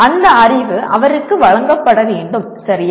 அந்த அறிவு அவருக்கு வழங்கப்பட வேண்டும் சரியா